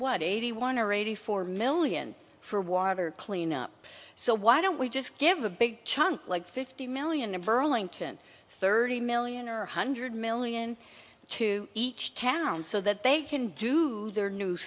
what eighty one or eighty four million for water cleanup so why don't we just give a big chunk like fifty million in burlington thirty million or a hundred million to each town so that they can do their new